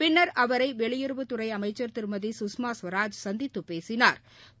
பின்னா் அவரை வெளியுறவுத்துறை அமைச்சா் திருமதி சுஷ்மா ஸ்வராஜ் சந்தித்து பேசினாா்